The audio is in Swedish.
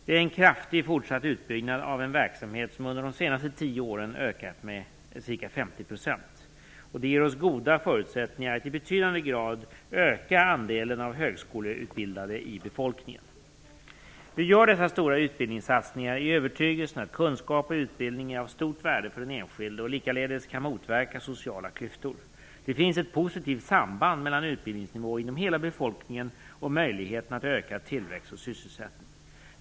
Det är en kraftig fortsatt utbyggnad av en verksamhet som under de senaste tio åren ökat med ca 50 %. Det ger oss goda förutsättningar att i betydande grad öka andelen högskoleutbildade i befolkningen. Vi gör dessa stora utbildningssatsningar i övertygelsen att kunskap och utbildning är av stort värde för den enskilde och likaledes kan motverka sociala klyftor. Det finns ett positivt samband mellan utbildningsnivån inom hela befolkningen och möjligheterna att öka tillväxt och sysselsättning.